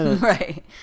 Right